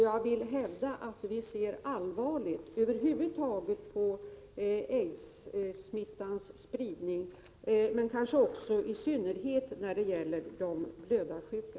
Jag vill hävda att vi ser allvarligt på spridning av aidssmitta över huvud taget, kanske i synnerhet när det gäller blödarsjuka.